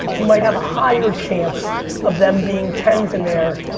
you might have a higher chance of them being ten s in there.